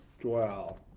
dwell